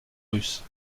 russes